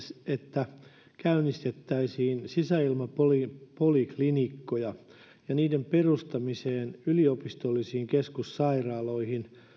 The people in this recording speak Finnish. että käynnistettäisiin sisäilmapoliklinikkoja ja niiden perustamiseen yliopistollisiin keskussairaaloihin